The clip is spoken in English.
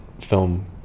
film